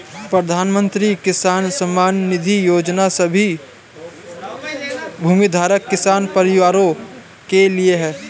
प्रधानमंत्री किसान सम्मान निधि योजना सभी भूमिधारक किसान परिवारों के लिए है